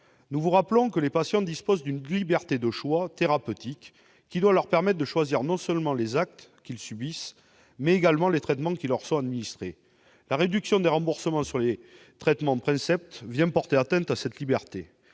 Nous rappelons que ceux-ci disposent d'une liberté de choix thérapeutique, qui doit leur permettre de choisir non seulement les actes qu'ils subissent, mais également les traitements qui leur sont administrés. La réduction des remboursements pour les traitements princeps vient porter atteinte à cette liberté.